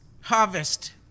harvest